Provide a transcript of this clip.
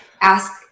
ask